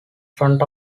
front